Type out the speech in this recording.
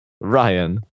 Ryan